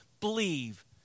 believe